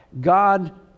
God